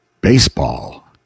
baseball